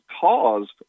caused